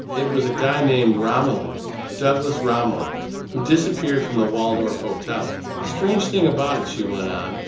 it was a guy named romilly douglas romilly who disappeared from the waldorf hotel. strange thing about it, she went on,